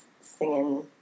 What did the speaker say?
singing